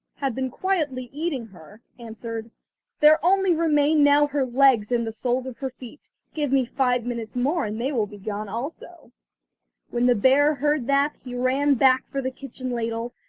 had been quietly eating her, answered there only remain now her legs and the soles of her feet. give me five minutes more and they will be gone also when the bear heard that he ran back for the kitchen ladle,